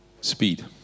Speed